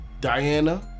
Diana